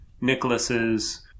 Nicholas's